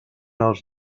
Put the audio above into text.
els